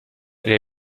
elle